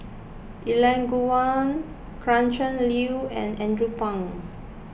Elangovan Gretchen Liu and Andrew Phang